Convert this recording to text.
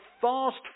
fast